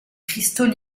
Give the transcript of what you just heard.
cristaux